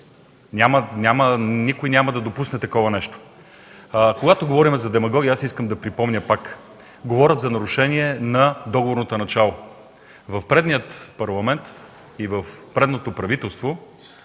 Никой няма да допусне такова нещо. Когато говорим за демагогия, искам да припомня пак – говорят за нарушение на договорното начало. В предния Парламент и в предното правителство